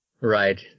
Right